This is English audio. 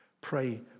pray